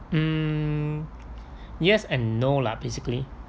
mm yes and no lah basically